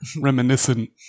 reminiscent